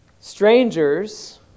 Strangers